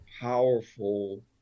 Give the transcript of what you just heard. powerful